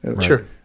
Sure